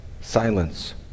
silence